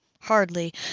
hardly